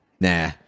Nah